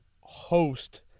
host